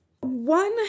One